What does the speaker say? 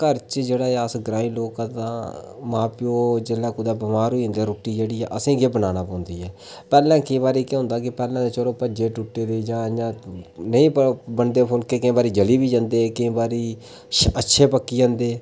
घर च जेह्ड़ा ऐ अस ग्रांईं लोक तां मां प्योऽ जिसलै बमार होई जंदे तां रुट्टी जेह्ड़ी ऐ असें गै बनाना पौंदी ऐ पैह्लें केईं बारी केह् होंदा कि पैह्लें ते चलो भज्जे टुट्टे दे जां नेईं बनदे फुल्के केईं बारी जली बी जंदे केईं बारी अच्छे पक्की जंदे